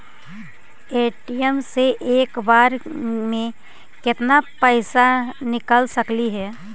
ATM से एक बार मे केत्ना पैसा निकल सकली हे?